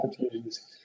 opportunities